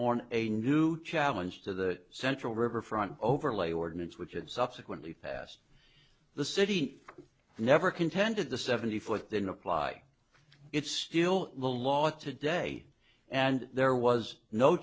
on a new challenge to the central riverfront overlay ordinance which had subsequently passed the city never contended the seventy fourth didn't apply it's still the law today and there was no